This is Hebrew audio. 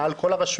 מעל כל הרשויות,